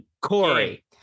Corey